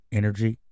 energy